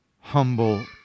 humble